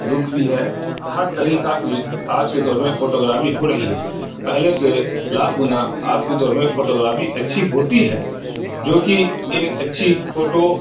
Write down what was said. لک بھی ہے ہر طریقہ کی آج کے دور میں فوٹوگرافی ہو رہی ہے پہلے سے لاکھ گنا اب کے دور میں فوٹوگرافی اچھی ہوتی ہے جو کہ ایک اچھی فوٹو